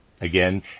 Again